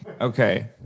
Okay